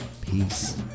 Peace